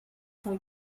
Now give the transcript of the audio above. pel